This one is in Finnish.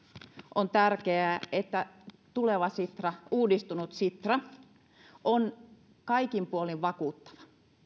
on tärkeää että tuleva sitra uudistunut sitra on kaikin puolin vakuuttava